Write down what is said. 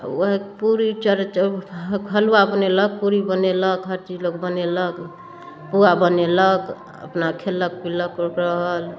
वएह पूरी हलुआ बनेलक पूरी बनेलक हर चीज लोक बनेलक पुआ बनेलक अपना खेलक पीलक लोक रहल